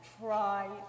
try